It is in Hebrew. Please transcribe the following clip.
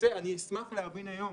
אשמח להבין היום